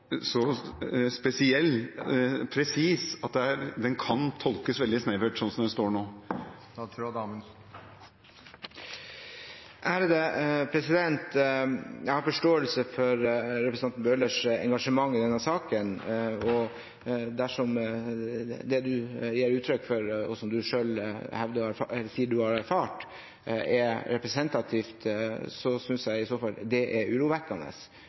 så spesielle og presise at de kan tolkes veldig snevert. Jeg har forståelse for representanten Bøhlers engasjement i denne saken. Dersom det han gir uttrykk for og sier han selv har erfart, er representativt, synes jeg det er urovekkende